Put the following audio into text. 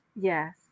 yes